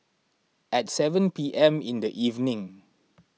at seven P M in the evening